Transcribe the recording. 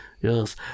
Yes